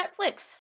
netflix